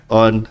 on